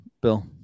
Bill